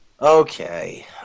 Okay